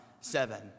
seven